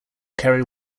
carry